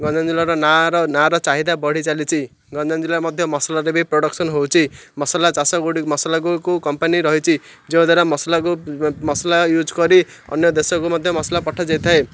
ଗଞ୍ଜାମ ଜିଲ୍ଲାର ନାଁର ନାଁର ଚାହିଦା ବଢ଼ି ଚାଲିଛି ଗଞ୍ଜାମ ଜିଲ୍ଲାରେ ମଧ୍ୟ ମସଲାରେ ବି ପ୍ରଡ଼କ୍ସନ୍ ହେଉଛି ମସଲା ଚାଷ ଗୁଡ଼ି ମସଲାକୁ କମ୍ପାନୀ ରହିଛି ଯେଉଁଦ୍ଵାରା ମସଲାକୁ ମସଲା ୟୁଜ୍ କରି ଅନ୍ୟ ଦେଶକୁ ମଧ୍ୟ ମସଲା ପଠାଯାଇଥାଏ